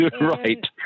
Right